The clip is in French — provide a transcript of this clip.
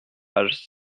page